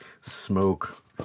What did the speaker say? smoke